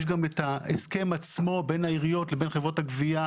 יש גם את ההסכם עצמו בין העיריות לבין חברות הגבייה,